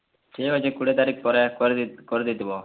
ଠିକ୍ ଅଛେ କୁଡ଼ିଏ ତାରିଖ୍ ପରେ କରିଦେଇଥିବ